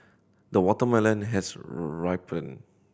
the watermelon has ripened